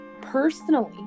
personally